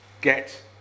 get